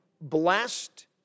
blessed